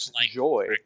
joy